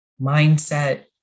mindset